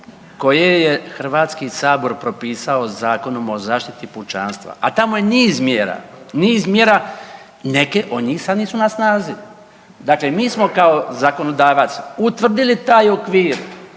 koje je HS propisao Zakonom o zaštiti pučanstva, a tamo je niz mjera, niz mjera neke od njih sad nisu na snazi, dakle mi smo kao zakonodavac utvrdili taj okvir,